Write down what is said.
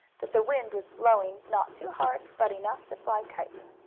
that the wind was blowing not too hard, but enough to fly kites.